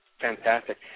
fantastic